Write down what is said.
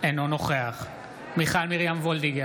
אינו נוכח מיכל מרים וולדיגר,